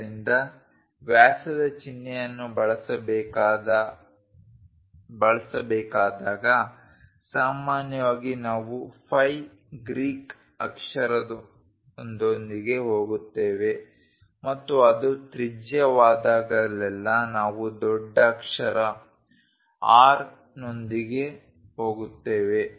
ಆದ್ದರಿಂದ ವ್ಯಾಸದ ಚಿಹ್ನೆಯನ್ನು ಬಳಸಬೇಕಾದಾಗ ಸಾಮಾನ್ಯವಾಗಿ ನಾವು ಫೈ ಗ್ರೀಕ್ ಅಕ್ಷರದೊಂದಿಗೆ ಹೋಗುತ್ತೇವೆ ಮತ್ತು ಅದು ತ್ರಿಜ್ಯವಾದಾಗಲೆಲ್ಲಾ ನಾವು ದೊಡ್ಡಕ್ಷರ R ನೊಂದಿಗೆ ಹೋಗುತ್ತೇವೆ